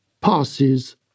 passes